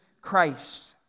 Christ